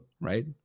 right